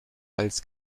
als